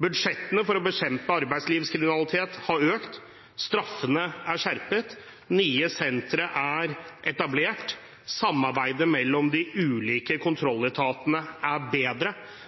Budsjettene for å bekjempe arbeidslivskriminalitet har økt, straffene er skjerpet, nye sentre er etablert, samarbeidet mellom de ulike kontrolletatene er bedre,